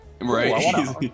Right